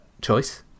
choice